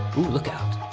ooo, look out!